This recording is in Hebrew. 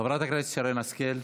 חברת הכנסת שרן השכל,